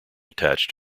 attached